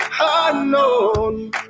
unknown